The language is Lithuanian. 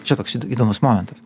čia toks įdomus momentas